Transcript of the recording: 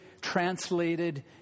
translated